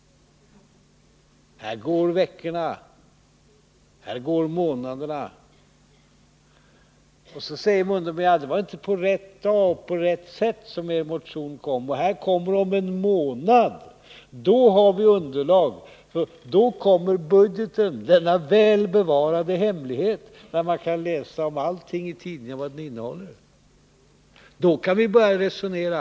Här går veckorna, här går månaderna. Och så säger herr Mundebo: Det var inte på rätt dag och på rätt sätt som er motion kom. Men om en månad har vi underlag, då kommer budgeten — denna väl bevarade hemlighet som man i tidningarna kan läsa om allt vad den innehåller! Då kan vi börja resonera.